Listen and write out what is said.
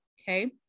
Okay